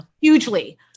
hugely